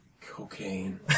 Cocaine